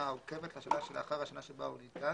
העוקבת לשנה שלאחר השנה שבה הוא ניתן,